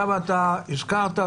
הזכרת,